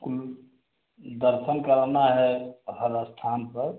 कुल दर्शन कराना है हर स्थान पर